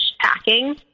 packing